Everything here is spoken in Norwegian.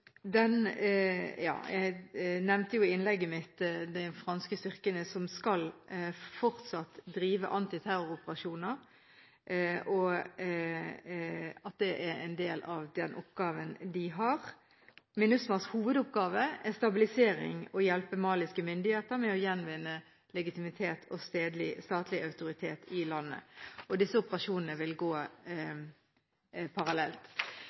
den oppgaven de har. MINUSMAs hovedoppgave er stabilisering og det å hjelpe maliske myndigheter med å gjenvinne legitimitet og statlig autoritet i landet. Disse operasjonene vil gå parallelt.